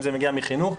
האם זה מגיע מחינוך,